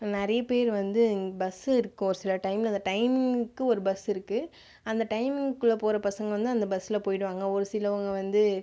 நிறைய பேர் வந்து பஸ் இருக்கும் ஒரு சில டைம்ல அந்த டைமிங்க்கு ஒரு பஸ் இருக்கு அந்த டைமிங்குள்ளே போகற பசங்க வந்து அந்த பஸ்ஸில் போயிவிடுவாங்க ஒரு சிலவங்க வந்து